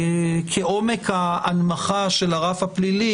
שכעמוק ההנמכה של הרף הפלילי,